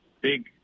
big